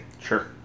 Sure